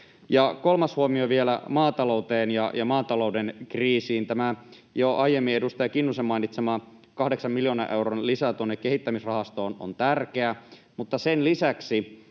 Kolmas huomio vielä maataloudesta ja maatalouden kriisistä: Jo aiemmin edustaja Kinnusen mainitsema 8 miljoonan euron lisä kehittämisrahastoon on tärkeä, mutta sen lisäksi